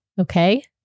okay